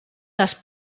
les